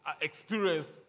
experienced